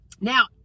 Now